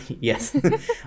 yes